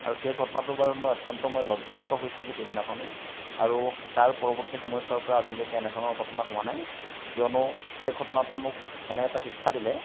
আৰু সেই ঘটনাটোৰ বাবে মই অত্যন্ত মই লজ্জানত হৈছিলোঁ সেইদিনাখনি আৰু তাৰ পৰৱৰ্তী সময়চোৱাৰ পৰা আজিলৈকে এনেধৰণৰ ঘটনা হোৱা নাই কিয়নো সেই ঘটনাটোৱে মোক এনে এটা শিক্ষা দিলে